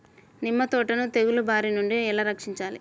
నిమ్మ తోటను తెగులు బారి నుండి ఎలా రక్షించాలి?